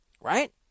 right